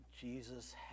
Jesus